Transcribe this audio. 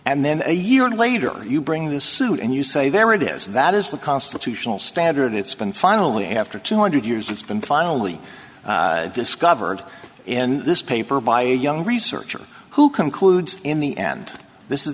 and then a year later you bring this suit and you say there it is that is the constitutional standard it's been finally after two hundred years it's been finally discovered in this paper by a young researcher who concludes in the end this is